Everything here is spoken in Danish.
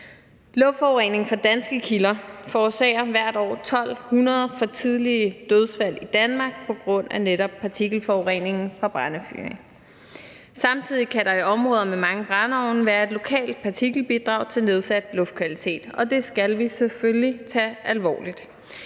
Luftforurening fra danske kilder forårsager hvert år 1.200 for tidlige dødsfald i Danmark på grund af netop partikelforureningen fra brændefyring. Samtidig kan der i områder med mange brændeovne være et lokalt partikelbidrag til nedsat luftkvalitet. Det skal vi selvfølgelig tage alvorligt.